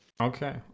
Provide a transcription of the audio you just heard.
okay